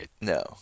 No